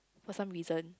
for some reason